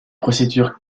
procédure